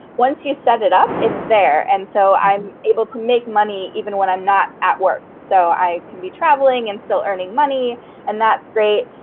once you set it up, it's there. and so i'm able to make money even when i'm not at work. so i can be traveling and still earning money and that's great.